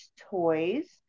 toys